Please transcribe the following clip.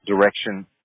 direction